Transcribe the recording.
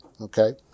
Okay